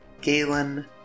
Galen